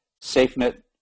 SafeNet